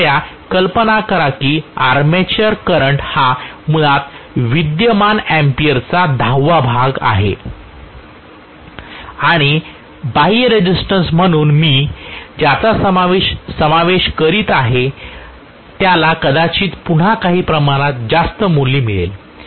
कृपया कल्पना करा की आर्मेचर करंट हा मुळात विद्यमान अँपिअर चा दहावा भाग आहे आणि बाह्य रेझिस्टन्स म्हणून मी ज्याचा समावेश करीत आहे त्याला कदाचित पुन्हा काही प्रमाणात जास्त मूल्य मिळेल